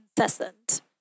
incessant